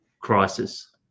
crisis